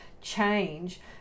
change